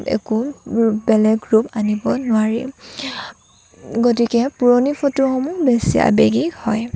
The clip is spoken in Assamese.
একো বেলেগ ৰূপ আনিব নোৱাৰি গতিকে পুৰণি ফটোসমূহ বেছি আৱেগিক হয়